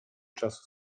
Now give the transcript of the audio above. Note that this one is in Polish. czasu